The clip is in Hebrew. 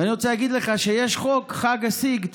ואני רוצה להגיד לך שיש חוק חג הסיגד